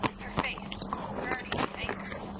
her face burning with anger,